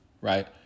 right